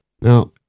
Now